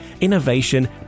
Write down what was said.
innovation